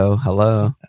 hello